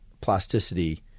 plasticity